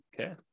Okay